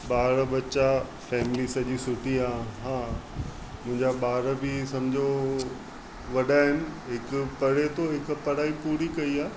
ॿार बच्चा फ़ैमिली सॼी सुठी आहे हा मुंहिंजा ॿार बि समुझो वॾा आहिनि हिकु पढ़े थो हिकु पढ़ाई पूरी कई आहे